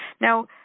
Now